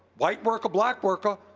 white worker, black worker,